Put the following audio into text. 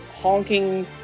honking